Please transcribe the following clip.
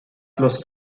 los